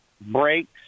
breaks